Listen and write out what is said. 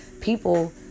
people